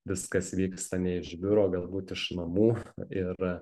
viskas vyksta ne iš biuro galbūt iš namų ir